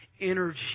energy